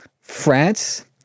France